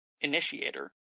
initiator